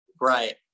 Right